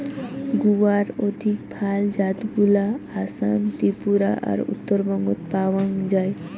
গুয়ার অধিক ভাল জাতগুলা আসাম, ত্রিপুরা আর উত্তরবঙ্গত পাওয়াং যাই